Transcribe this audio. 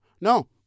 No